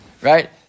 right